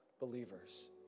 believers